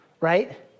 right